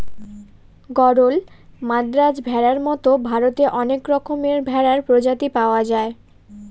গরল, মাদ্রাজ ভেড়ার মতো ভারতে অনেক রকমের ভেড়ার প্রজাতি পাওয়া যায়